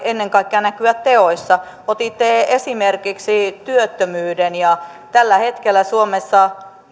ennen kaikkea näkyä teoissa otitte esimerkiksi työttömyyden tällä hetkellä suomessa